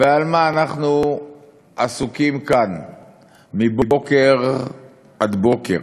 ובמה אנחנו עסוקים כאן מבוקר עד בוקר,